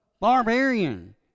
barbarian